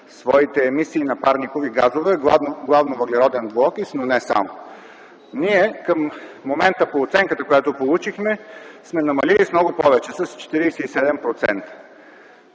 своите емисии на парникови газове, главно въглероден двуокис, но не само. В момента ние по оценката, която получихме, сме намалили с много повече – с 47%,